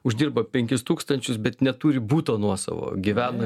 uždirba penkis tūkstančius bet neturi buto nuosavo gyvena